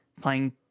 playing